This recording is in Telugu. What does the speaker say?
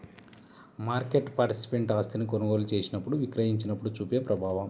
మార్కెట్ పార్టిసిపెంట్ ఆస్తిని కొనుగోలు చేసినప్పుడు, విక్రయించినప్పుడు చూపే ప్రభావం